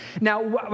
Now